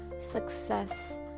success